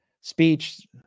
speech